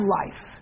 life